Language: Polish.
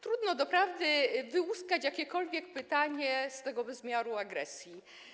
Trudno doprawdy wyłuskać jakiekolwiek pytanie z tego bezmiaru agresji.